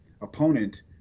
opponent